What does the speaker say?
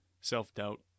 self-doubt